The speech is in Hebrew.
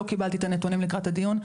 לא קיבלתי את הנתונים שהם אספו לקראת הדיון.